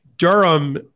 Durham